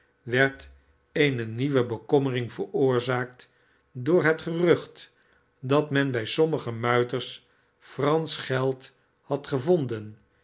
werd eene nieuwe bekommering veroorzaakt door het gerucht dat men bij sommige muiters fransch geld had gevonden